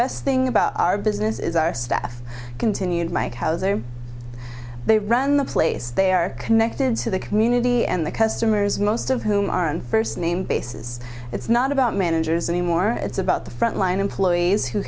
best thing about our business is our staff continued mike hauser they ran the place they are connected to the community and the customers most of whom are on first name basis it's not about managers anymore it's about the front line employees who